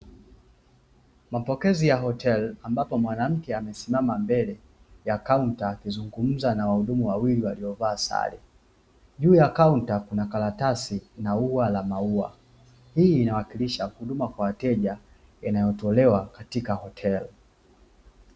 Mapokezi ya hoteli ambapo mwanamke amesimama mbele ya kaunta akizungumza na wahudumu wawili waliovaa sare, juu ya kaunta kuna karatasi na ua la maua hii inawakilisha huduma kwa wateja inayotolewa katika hoteli.